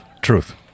Truth